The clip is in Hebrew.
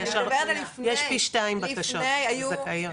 אני עורכת הדין, רות דיין מדר, מרכז שילטון מקומי.